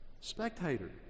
Spectator